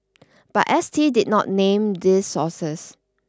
but S T did not name these sources